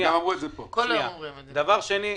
דבר שני,